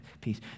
peace